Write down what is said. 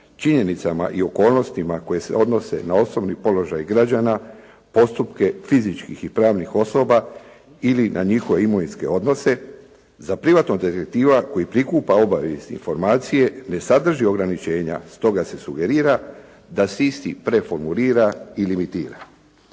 „činjenicama i okolnostima koje se odnose na osobni položaj građana, postupke fizičkih i pravnih osoba ili na njihove imovinske odnose za privatnog detektiva koji prikuplja obavijesti i informacije ne sadrži ograničenja“, stoga se sugerira da se isti preformulira i limitira.